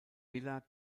villa